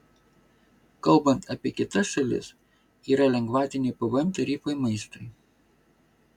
kalbant apie kitas šalis yra lengvatiniai pvm tarifai maistui